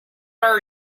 are